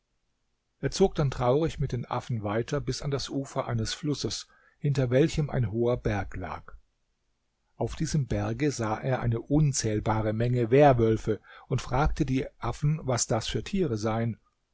er zog dann traurig mit den affen weiter bis an das ufer eines flusses hinter welchem ein hoher berg lag auf diesem berge sah er eine unzählbare menge werwölfe und fragte die affen was das für tiere seien